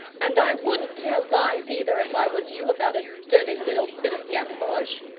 and i wouldn't tell lies, either, if i was you, about a dirty little bit of gamboge.